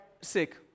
sick